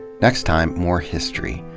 next time, more history.